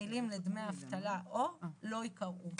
המילים "לדמי אבטלה או" לא ייקראו.